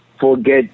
forget